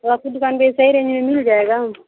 वो आपकी दुकान से सही मिल जाएगा ना